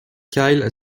kyle